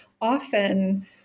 Often